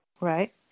right